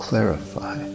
clarify